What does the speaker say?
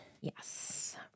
Yes